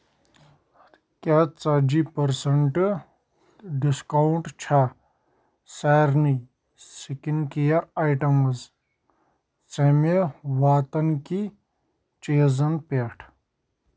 کیٛاہ ژَتجی پٔرسنٹہٕ ڈسکاونٹ چھا سارنی سِکِن کِیر ایٹمز ژَمہِ واتنکی چیٖزن پٮ۪ٹھ